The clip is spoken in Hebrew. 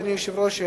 אדוני היושב-ראש,